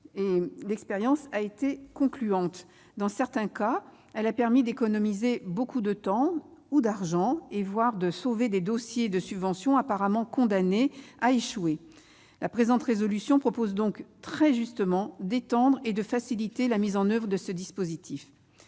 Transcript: L'expérience a été concluante. Dans certains cas, elle a permis d'économiser beaucoup de temps ou d'argent, voire de « sauver » des dossiers de subventions apparemment condamnés à échouer. Il est donc proposé, très justement, dans le présent texte d'étendre et de faciliter la mise en oeuvre de ce dispositif.